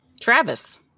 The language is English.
Travis